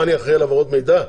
מה, אני אחראי על העברות מידע?